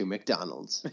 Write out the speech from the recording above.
McDonald's